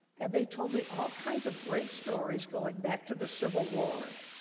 and they told me all kinds of great stories going back to the civil war,